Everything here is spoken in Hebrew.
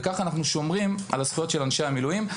וככה אנחנו שומרים על הזכות של אנשי המילואים.